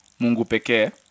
Mungupeke